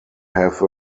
have